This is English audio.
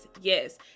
Yes